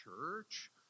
church